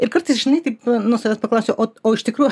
ir kartais žinai taip nu savęs paklausiu o o iš tikrųjų